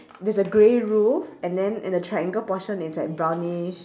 there's a grey roof and then and the triangle portion is like brownish